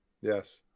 Yes